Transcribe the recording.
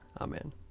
Amen